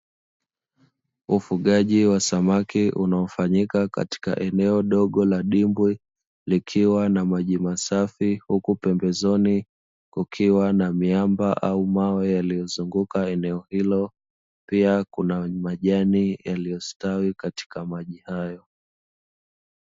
Ufugaji wa samaki unaofanyika katika eneo dogo la dimbwi likiwa na maji masafi, huku pembezoni kukiwa na miamba au mawe yaliyozunguka eneo hilo. Pia kuna majani yaliyostawi katika maji hayo.